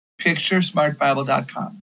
picturesmartbible.com